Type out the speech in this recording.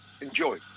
enjoy